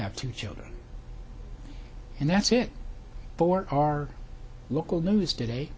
have two children and that's it for our local news today